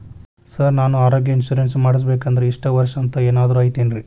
Sir ನಾನು ಆರೋಗ್ಯ insurance ಮಾಡಿಸ್ಬೇಕಂದ್ರೆ ಇಷ್ಟ ವರ್ಷ ಅಂಥ ಏನಾದ್ರು ಐತೇನ್ರೇ?